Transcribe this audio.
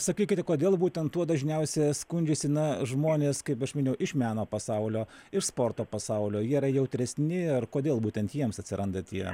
sakykite kodėl būtent tuo dažniausia skundžiasi na žmonės kaip aš minėjau iš meno pasaulio iš sporto pasaulio jie yra jautresni ar kodėl būtent jiems atsiranda tie